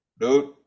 Dude